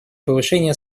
повышение